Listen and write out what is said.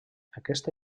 aquesta